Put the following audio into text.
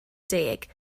deg